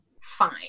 fine